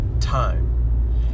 time